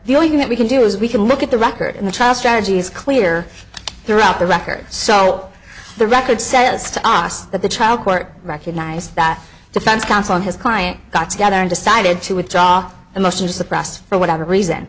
the only thing that we can do is we can look at the record in the trial strategies clear throughout the records so the record says to us that the trial court recognized that defense counsel his client got together and decided to withdraw the motion to suppress for whatever reason